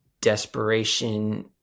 desperation